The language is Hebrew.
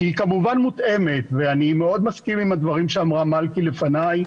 שהיא כמובן מותאמת ואני מאוד מסכים עם הדברים שאמרה מלכי לפניי,